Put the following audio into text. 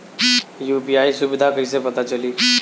UPI सुबिधा कइसे पता चली?